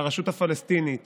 לרשות הפלסטינית